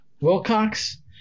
Wilcox